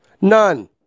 None